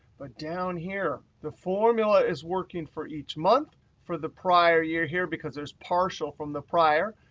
but down here, the formula is working for each month for the prior year here, because there's partial from the prior.